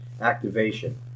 activation